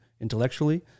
intellectually